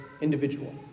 individual